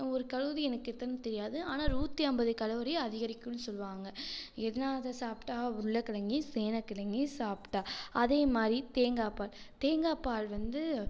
ஒரு கலோரி எனக்கு எத்தனைன்னு தெரியாது ஆனால் நூற்றி ஐம்பது கலோரி அதிகரிக்குன்னு சொல்லுவாங்கள் எதனால் இதை சாப்பிட்டா உருளக்கிலங்கயும் சேனக்கிலங்கயும் சாப்பிட்டா அதே மாதிரி தேங்காப்பால் தேங்காப்பால் வந்து